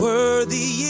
Worthy